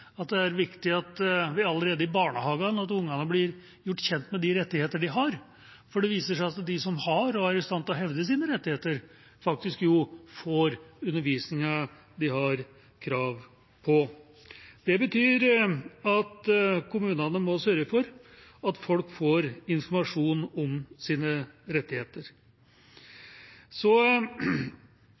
at det er viktig at barna allerede i barnehagen blir gjort kjent med de rettighetene de har, for det viser seg at de som har og er i stand til å hevde sine rettigheter, faktisk får den undervisningen de har krav på. Det betyr at kommunene må sørge for at folk får informasjon om sine rettigheter.